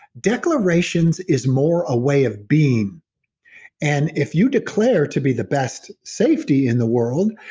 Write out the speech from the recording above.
declarations is more a way of being and if you declare to be the best safety in the world,